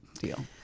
deal